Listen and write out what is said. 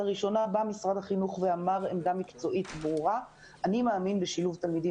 לראשונה בא משרד החינוך ואמר עמדה מקצועית ברורה: אני מאמין בשיוך תלמידים